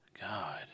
God